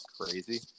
crazy